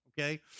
okay